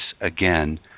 again